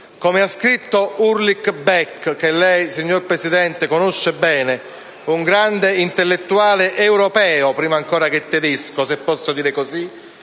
Come ha scritto Ulrich Beck - che lei, signor Presidente, conosce bene - un grande intellettuale europeo prima ancora che tedesco (se posso dire così):